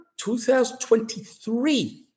2023